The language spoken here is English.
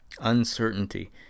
uncertainty